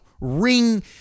ring